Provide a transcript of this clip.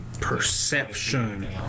Perception